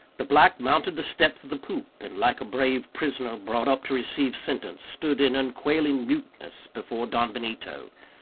the black mounted the steps of the poop, and, like a brave prisoner, brought up to receive sentence, stood in unquailing muteness before don benito,